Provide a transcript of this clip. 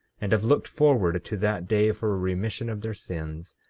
and have looked forward to that day for a remission of their sins,